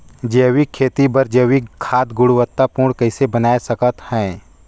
जैविक खेती बर जैविक खाद गुणवत्ता पूर्ण कइसे बनाय सकत हैं?